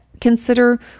consider